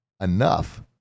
enough